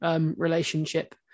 relationship